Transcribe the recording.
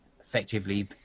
effectively